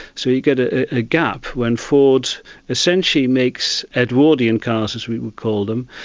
so you get a ah gap when ford essentially makes edwardian cars, as we would call them,